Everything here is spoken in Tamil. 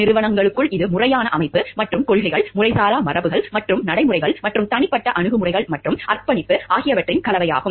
நிறுவனங்களுக்குள் இது முறையான அமைப்பு மற்றும் கொள்கைகள் முறைசாரா மரபுகள் மற்றும் நடைமுறைகள் மற்றும் தனிப்பட்ட அணுகுமுறைகள் மற்றும் அர்ப்பணிப்பு ஆகியவற்றின் கலவையாகும்